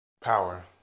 Power